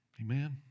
Amen